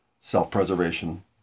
self-preservation